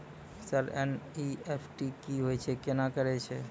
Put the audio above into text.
Sir NEFT की होय छै, केना करे छै?